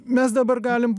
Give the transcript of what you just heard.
mes dabar galim